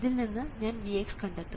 ഇതിൽ നിന്ന് ഞാൻ Vx കണ്ടെത്തും